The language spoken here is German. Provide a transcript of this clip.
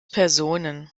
personen